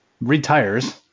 Retires